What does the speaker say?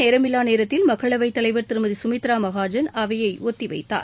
நேரமில்லா நேரத்தில் மக்களவைத் தலைவர் திருமதி கமித்ரா மகாஜன் அவையை ஒத்தி வைத்தார்